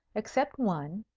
except one,